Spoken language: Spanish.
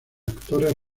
actores